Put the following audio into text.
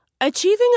Achieving